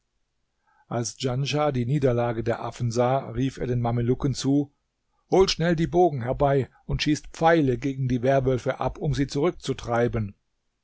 als djanschah die niederlage der affen sah rief er den mamelucken zu holt schnell die bogen herbei und schießt pfeile gegen die werwölfe ab um sie zurückzutreiben